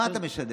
מה אתה משדר?